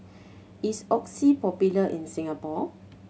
is Oxy popular in Singapore